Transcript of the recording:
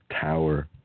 tower